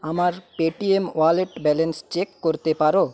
আমার Paytm wallet balance check করতে পারো